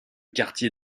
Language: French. quartier